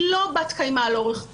היא לא בת קיימא לאורך זמן.